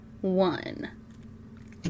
One